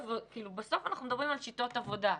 בסוף אנחנו מדברים על שיטות עבודה.